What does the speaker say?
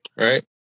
right